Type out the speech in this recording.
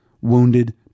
wounded